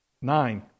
Nine